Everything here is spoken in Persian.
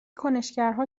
کنشگرها